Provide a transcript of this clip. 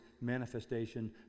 manifestation